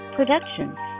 Productions